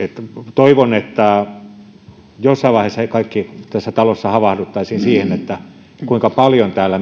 toivon että jossain vaiheessa me kaikki tässä talossa havahtuisimme siihen kuinka paljon täällä